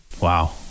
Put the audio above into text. Wow